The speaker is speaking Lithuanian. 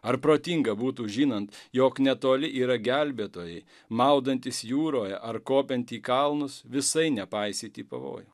ar protinga būtų žinant jog netoli yra gelbėtojai maudantis jūroje ar kopiant į kalnus visai nepaisyti pavojų